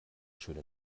schön